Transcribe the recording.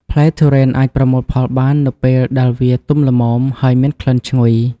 ផ្លែទុរេនអាចប្រមូលផលបាននៅពេលដែលវា ទុំល្មម ហើយមានក្លិនឈ្ងុយ។